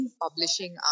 publishing